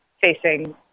facing